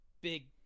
big